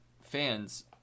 fans